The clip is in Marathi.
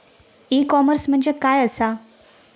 ई कॉमर्स म्हणजे काय असा?